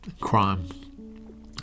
crime